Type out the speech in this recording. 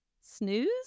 snooze